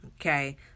okay